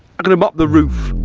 i'm gonna mop the roof